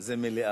זה מליאה.